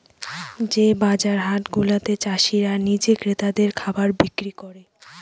যে বাজার হাট গুলাতে চাষীরা নিজে ক্রেতাদের খাবার বিক্রি করে